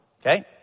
Okay